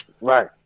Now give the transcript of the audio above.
right